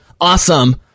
awesome